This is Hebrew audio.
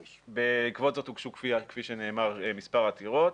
בעקבות זאת הוגשו, כפי שנאמר, מספר עתירות.